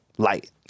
Light